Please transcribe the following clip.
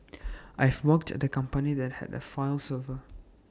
I've worked at A company that had A file server